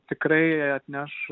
tikrai atneš